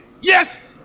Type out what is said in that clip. yes